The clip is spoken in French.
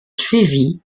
suivie